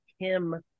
Kim